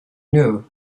knew